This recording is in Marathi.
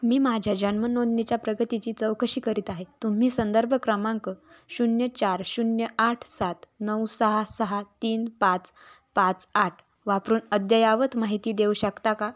मी माझ्या जन्मनोंदणीच्या प्रगतीची चौकशी करीत आहे तुम्ही संदर्भ क्रमांक शून्य चार शून्य आठ सात नऊ सहा सहा तीन पाच पाच आठ वापरून अद्ययावत माहिती देऊ शकता का